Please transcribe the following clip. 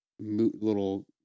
little